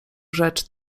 rzecz